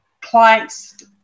clients